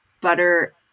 butter